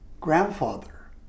grandfather